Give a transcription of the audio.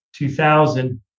2000